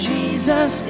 Jesus